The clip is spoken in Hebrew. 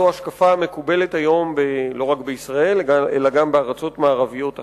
זו ההשקפה המקובלת היום לא רק בישראל אלא גם בארצות מערביות אחרות: